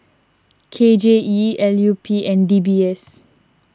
K J E L U P and D B S